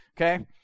okay